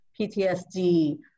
PTSD